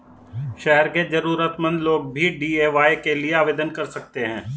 शहर के जरूरतमंद लोग भी डी.ए.वाय के लिए आवेदन कर सकते हैं